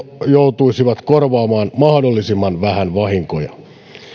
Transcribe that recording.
ne joutuisivat korvaamaan mahdollisimman vähän vahinkoja